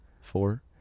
four